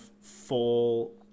full